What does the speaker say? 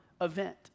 event